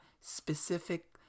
specific